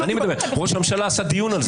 ראש הממשלה עשה דיון על זה.